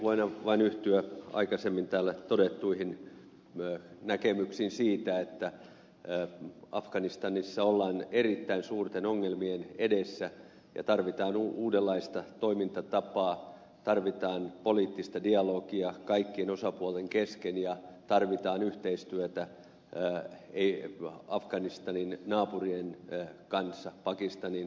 voin vain yhtyä aikaisemmin täällä todettuihin näkemyksiin siitä että afganistanissa ollaan erittäin suurten ongelmien edessä ja tarvitaan uudenlaista toimintatapaa tarvitaan poliittista dialogia kaikkien osapuolten kesken ja tarvitaan yhteistyötä afganistanin naapurien kanssa pakistanin ja intian